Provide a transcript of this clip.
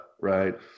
right